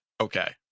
Okay